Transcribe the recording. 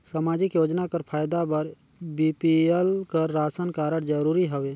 समाजिक योजना कर फायदा बर बी.पी.एल कर राशन कारड जरूरी हवे?